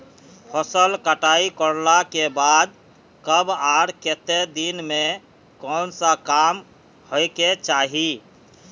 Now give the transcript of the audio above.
फसल कटाई करला के बाद कब आर केते दिन में कोन सा काम होय के चाहिए?